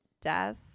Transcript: Death